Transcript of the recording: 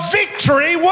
victory